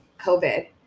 COVID